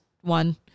one